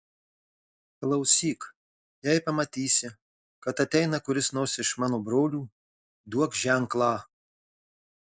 klausyk jei pamatysi kad ateina kuris nors iš mano brolių duok ženklą